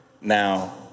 Now